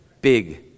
big